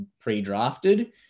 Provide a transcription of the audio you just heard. pre-drafted